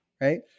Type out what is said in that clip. right